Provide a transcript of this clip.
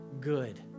good